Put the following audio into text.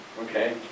okay